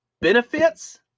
benefits